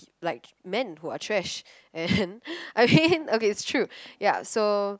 like men who are trash and I mean okay it's true ya so